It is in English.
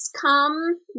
come